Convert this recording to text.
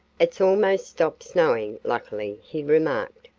it's almost stopped snowing, luckily, he remarked,